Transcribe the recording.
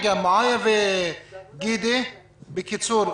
הבריאות, בבקשה.